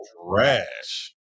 trash